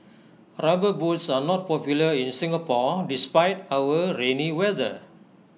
rubber boots are not popular in Singapore despite our rainy weather